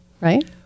right